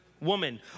woman